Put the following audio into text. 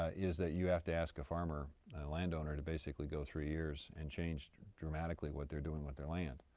ah is that you have to ask a farmer and landowner to basically go three year and change dramatically what they're doing with their land.